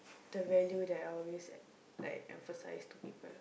the value that I always e~ like emphasise to people